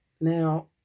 now